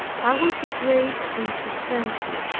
i will degrade and suspend you.